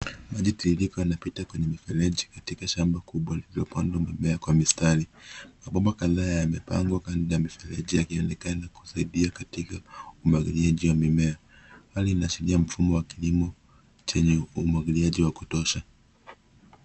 Maji tiririka yanapita kwenye mifereji katika shamba kubwa lililopandwa mimea kwa mistari. Mabomba kadhaa yamepangwa kando ya mifereji, yakionekana kusaidia katika umwagiliaji wa mimea. Hali inashiria mfumo wa kilimo chenye umwagiliaji wa kutosha.